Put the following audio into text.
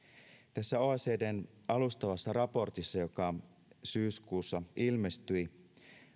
tässä oecdn alustavassa raportissa joka syyskuussa ilmestyi